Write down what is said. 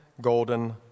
golden